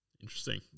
Interesting